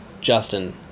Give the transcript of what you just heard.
Justin